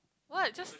what just